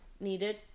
needed